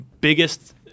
biggest